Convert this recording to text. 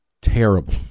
terrible